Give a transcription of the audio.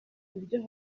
uburyo